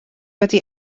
wedi